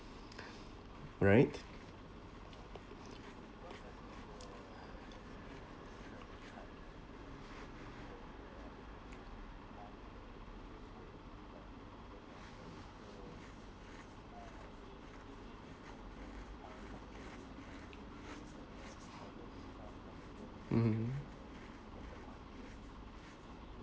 right mmhmm